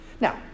Now